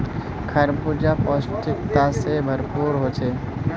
खरबूजा पौष्टिकता से भरपूर होछे